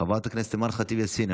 חברת הכנסת אימאן ח'טיב יאסין,